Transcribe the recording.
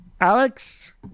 Alex